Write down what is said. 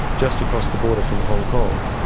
just across the border from hong kong,